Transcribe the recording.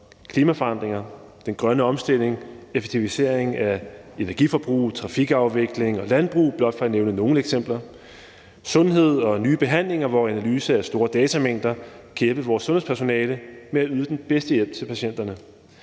klimaforandringer, den grønne omstilling, effektivisering af energiforbruget, trafikafvikling og landbrug – blot for at nævne nogle eksempler. Så er der sundhed og nye behandlinger, hvor analyse af store datamængder kan hjælpe vores sundhedspersonale med at yde den bedste hjælp til patienterne.